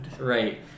right